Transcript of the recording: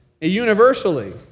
universally